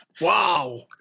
Wow